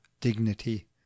dignity